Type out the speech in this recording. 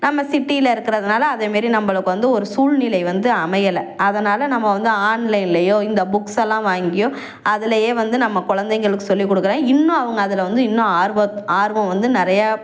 நம்ம சிட்டியில இருக்கிறதுனால அதேமாரி நம்மளுக்கு வந்து ஒரு சூழ்நிலை வந்து அமையலை அதனால் நம்ம வந்து ஆன்லைன்லயோ இந்த புக்ஸ்ஸெல்லாம் வாங்கியோ அதிலயே வந்து நம்ம குழந்தைகளுக்கு சொல்லி கொடுக்கிறேன் இன்னும் அவங்க அதில் வந்து இன்னும் ஆர்வத் ஆர்வம் வந்து நிறையா